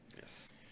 yes